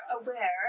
aware